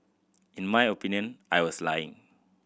in my opinion I was lying